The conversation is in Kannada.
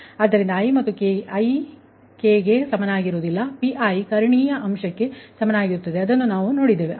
ಆದ್ದರಿಂದ i k ಗೆ ಸಮನಾಗಿಲ್ಲ Pi ಕರ್ಣೀಯ ಅಂಶಕ್ಕೆಸಮನಾಗಿರುತ್ತದೆ ಅದನ್ನು ನಾವು ನೋಡಿದ್ದೇವೆ